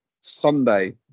Sunday